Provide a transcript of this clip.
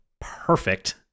perfect